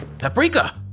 Paprika